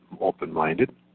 open-minded